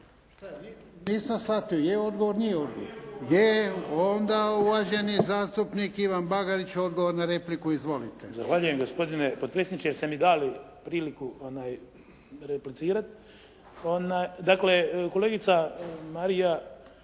Nisam shvatio, je odgovor, nije odgovor. Je, onda uvaženi zastupnik Ivan Bagarić odgovor na repliku. **Bagarić, Ivan (HDZ)** Zahvaljujem gospodine potpredsjedniče jer ste mi dali priliku replicirati. Dakle, kolegica Marija